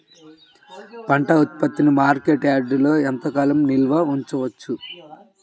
పంట ఉత్పత్తిని మార్కెట్ యార్డ్లలో ఎంతకాలం నిల్వ ఉంచవచ్చు?